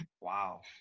wow